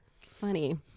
funny